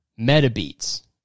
MetaBeats